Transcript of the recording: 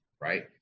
right